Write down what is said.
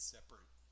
separate